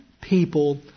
people